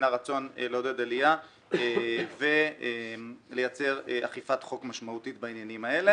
הרצון לעודד עלייה ולייצר אכיפת חוק משמעותית בעניינים האלה.